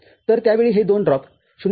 तर त्यावेळी हे दोन ड्रॉप ०